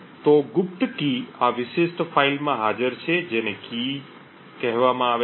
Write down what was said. તો ગુપ્ત કી આ વિશિષ્ટ ફાઇલમાં હાજર છે જેને 'key' કહેવામાં આવે છે